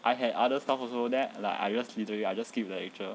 I had other stuff also then I just literally I just skip lecture